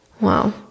wow